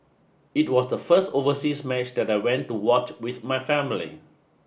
it was the first overseas match that I went to watch with my family